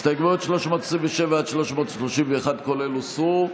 הסתייגויות 327 עד 331, כולל, הוסרו.